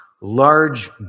large